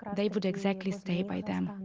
they would exactly stay by them.